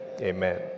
Amen